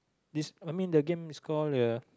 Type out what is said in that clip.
this I mean the game is call uh